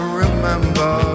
remember